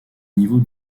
niveau